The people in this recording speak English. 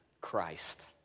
Christ